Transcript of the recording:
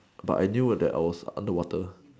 but I knew that I was underwater